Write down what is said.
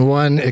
one